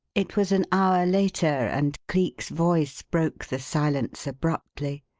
it was an hour later, and cleek's voice broke the silence abruptly.